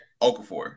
Okafor